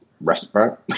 restaurant